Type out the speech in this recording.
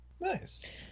nice